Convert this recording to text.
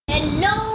Hello